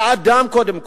כאדם קודם כול.